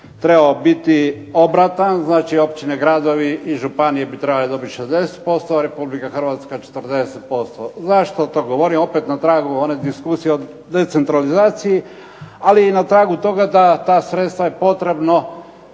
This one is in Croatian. trebao biti obratan. Znači općine, gradovi i županije bi trebale dobiti 60%, Republika Hrvatska 40%. Zašto to govorim? Opet na tragu one diskusije o decentralizaciji, ali i na tragu toga da je ta sredstva potrebno